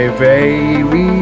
baby